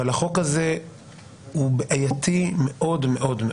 החוק הזה הוא בעייתי מאוד מאוד.